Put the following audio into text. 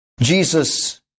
Jesus